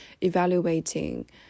evaluating